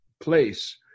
place